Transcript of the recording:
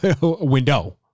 Window